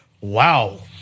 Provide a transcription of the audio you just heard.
wow